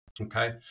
Okay